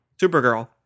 Supergirl